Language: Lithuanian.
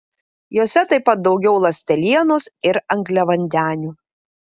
jose taip pat daugiau ląstelienos ir angliavandenių